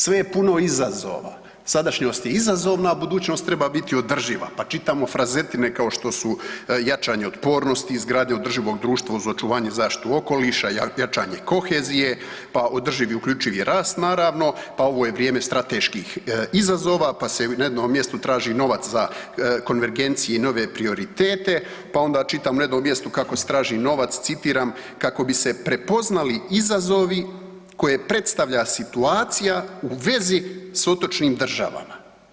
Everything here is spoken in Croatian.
Sve je puno izazova, sadašnjost je izazovna, a budućnost treba biti održiva pa čitamo frazetine kao što su jačanje otpornosti, izgradnja održivog društva uz očuvanje i zaštitu okoliša, jačanje kohezije, pa održivi uključivi rast naravno, pa ovo je vrijeme strateških izazova, pa se na jednom mjestu traži novac za konvergencije i nove prioritete, pa onda čitam na jednom mjestu kako se traži novaca, citiram „kako bi se prepoznali izazovi koje predstavlja situacija u vezi s otočnim državama“